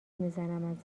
میزنم